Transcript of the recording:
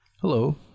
Hello